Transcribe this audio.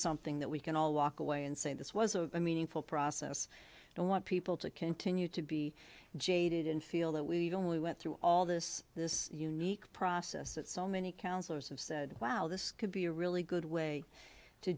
something that we can all walk away and say this was a meaningful process i don't want people to continue to be jaded and feel that we don't we went through all this this unique process that so many counselors have said wow this could be a really good way to